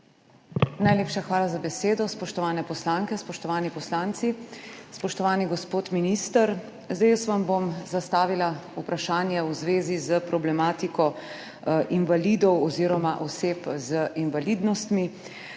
Najlepša hvala za besedo. Spoštovane poslanke, spoštovani poslanci, spoštovani gospod minister! Zastavila vam bom vprašanje v zvezi s problematiko invalidov oziroma oseb z invalidnostmi.